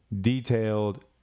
detailed